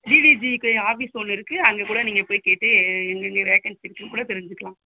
GTGK office ஒன்று இருக்குது அங்கே கூட நீங்கள் போய் கேட்டு எங்கங்கே வேகன்ஸி இருக்குதுன்னுக் கூட தெரிஞ்சுக்குலாம்